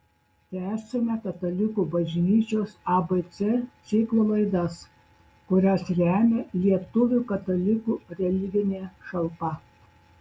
tęsiame katalikų bažnyčios abc ciklo laidas kurias remia lietuvių katalikų religinė šalpa